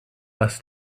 was